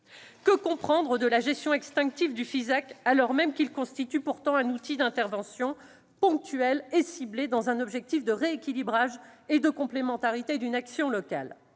Que comprendre de la gestion extinctive du FISAC, alors même que celui-ci constitue un outil d'intervention ponctuelle et ciblée, dans un objectif de rééquilibrage et de complémentarité avec les actions locales ?